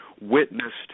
witnessed